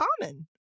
common